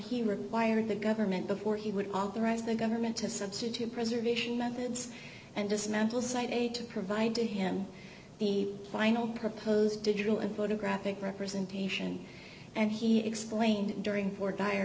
he required the government before he would authorize the government to substitute preservation methods and dismantle site and to provide to him the final proposed digital and photographic representation and he explained during for tire